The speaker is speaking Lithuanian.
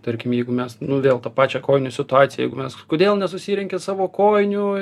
tarkim jeigu mes nu vėl tą pačią kojinių situaciją jeigu mes kodėl nesusirenki savo kojinių